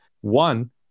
One